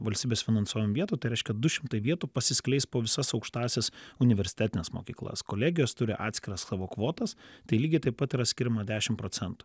valstybės finansuojamų vietų tai reiškia du šimtai vietų pasiskleis po visas aukštąsias universitetines mokyklas kolegijos turi atskiras savo kvotas tai lygiai taip pat yra skiriama dešim procentų